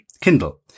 Kindle